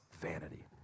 vanity